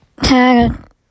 Tag